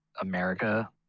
America